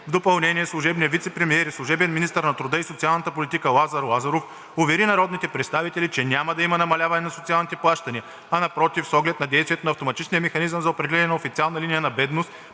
допълнение служебният вицепремиер и служебен министър на труда и социалната политика Лазар Лазаров увери народните представители, че няма да има намаляване на социалните плащания, а напротив, с оглед на действието на автоматичния механизъм за определяне на официалната линия на бедност